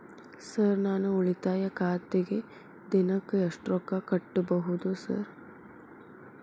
Sir ನಾನು ಉಳಿತಾಯ ಖಾತೆಗೆ ದಿನಕ್ಕ ಎಷ್ಟು ರೊಕ್ಕಾ ಕಟ್ಟುಬಹುದು ಸರ್?